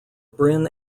bryn